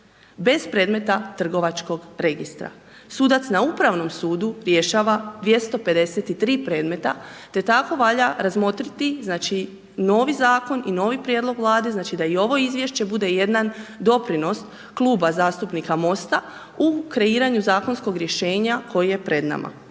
bez predmeta trgovačkog registra. Sudac na Upravnom sudu rješava 253 predmeta te tako valja razmotriti, znači, novi zakon i novi prijedlog Vlade, znači da i ovo izvješće bude jedan doprinos kluba zastupnika MOST-a u kreiranju zakonskog rješenja koje je pred nama.